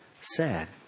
sad